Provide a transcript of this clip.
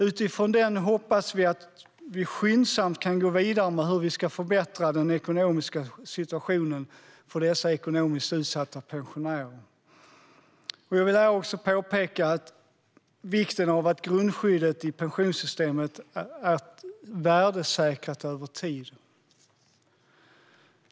Utifrån den hoppas vi att vi skyndsamt kan gå vidare med hur vi ska förbättra den ekonomiska situationen för dessa ekonomiskt utsatta pensionärer. Jag vill här också påpeka vikten av att grundskyddet i pensionssystemet över tid värdesäkras.